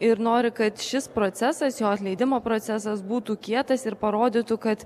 ir nori kad šis procesas jo atleidimo procesas būtų kietas ir parodytų kad